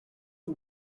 the